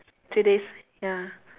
three days ya